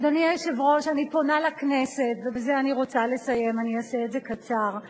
הדברים האלה נאמרו על-ידי מי שהיום מכהן כראש ממשלת